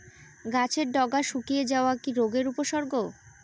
গাছের ডগা শুকিয়ে যাওয়া কি রোগের উপসর্গ?